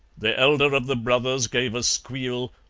the elder of the brothers gave a squeal,